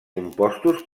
compostos